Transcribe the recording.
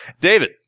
David